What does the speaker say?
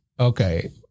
Okay